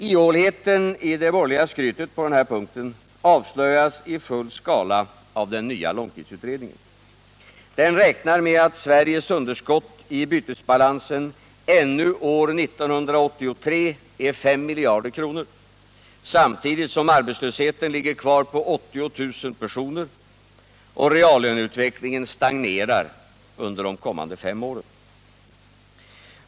Ihåligheten i det borgerliga skrytet på denna punkt avslöjas i full skala av den nya långtidsutredningen. Den räknar med att Sveriges underskott i bytesbalansen ännu år 1983 är 5 miljarder kronor samtidigt som arbetslösheten ligger på 80 000 personer och reallöneutvecklingen stagnerar under de kommande fem åren.